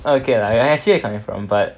okay I can see where you are coming from but